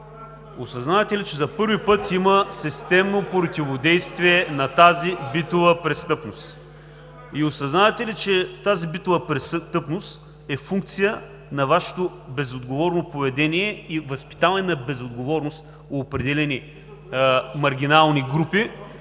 Осъзнавате ли, че за първи път има системно противодействие на тази битова престъпност? И осъзнавате ли, че тази битова престъпност е функция на Вашето безотговорно поведение и възпитаване на безотговорност в определени маргинални групи,